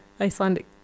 Icelandic